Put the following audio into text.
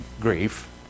grief